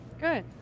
Good